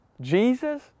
Jesus